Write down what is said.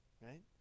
right